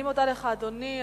אני מודה לך, אדוני.